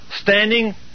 Standing